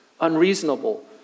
unreasonable